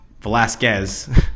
Velasquez